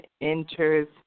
enters